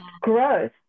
growth